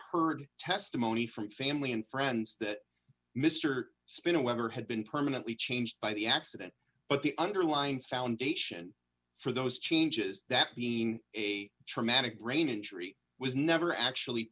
heard testimony from family and friends that mr spin a letter had been permanently changed by the accident but the underlying foundation for those changes that being a traumatic brain injury was never actually